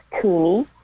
Cooney